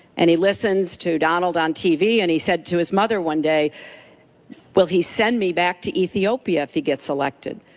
and he listens to donald on tv and he said to his mother one day will he send me back to ethiopia if he gets elected